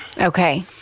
Okay